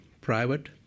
private